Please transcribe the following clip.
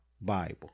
Bible